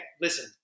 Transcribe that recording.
listen